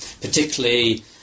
particularly